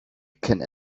can